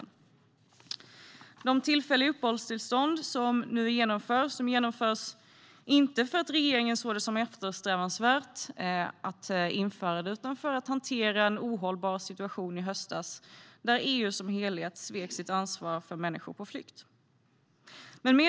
Nu införs tillfälliga uppehållstillstånd, men inte för att regeringen sett det som eftersträvansvärt, utan för att hantera en ohållbar situation som har att göra med att EU som helhet i höstas svek sitt ansvar för människor på flykt.